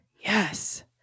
Yes